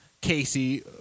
Casey